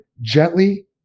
gently